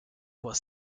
was